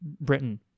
Britain